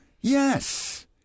Yes